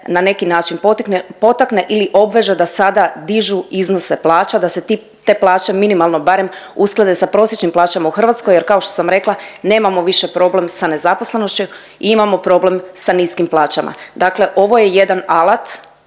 na neki način potakne ili obveže da sada dižu iznose plaća, da se ti, te plaće minimalno barem usklade sa prosječnim plaćama u Hrvatskoj jer kao što sam rekla, nemamo više problem sa nezaposlenošću, imamo problem sa niskim plaćama. Dakle ovo je jedan alat